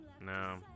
no